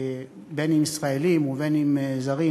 אם ישראלים ואם זרים,